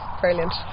Brilliant